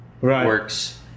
works